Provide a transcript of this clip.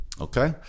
Okay